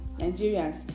Nigerians